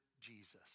Jesus